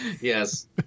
Yes